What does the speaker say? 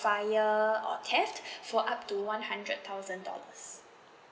fire or theft for up to one hundred thousand dollars